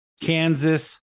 Kansas